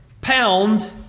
pound